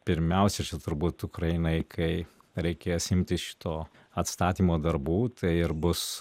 pirmiausia čia turbūt ukrainai kai reikės imtis šito atstatymo darbų tai ir bus